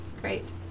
great